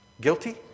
Guilty